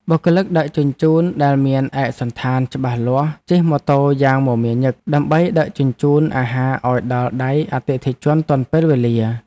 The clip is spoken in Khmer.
បុគ្គលិកដឹកជញ្ជូនដែលមានឯកសណ្ឋានច្បាស់លាស់ជិះម៉ូតូយ៉ាងមមាញឹក ដើម្បីដឹកជញ្ជូនអាហារឱ្យដល់ដៃអតិថិជនទាន់ពេលវេលា។